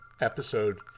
episode